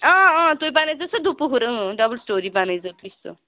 تُہۍ بَنٲوۍزیٚو سُہ دُ پُہر ڈَبُل سِٹوری بَنٲوۍزیٚو تُہۍ سُہ